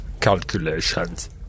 calculations